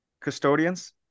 custodians